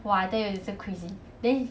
!wah! I tell you this [one] crazy then